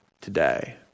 today